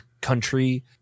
country